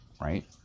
right